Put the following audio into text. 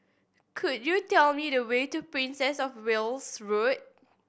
could you tell me the way to Princess Of Wales Road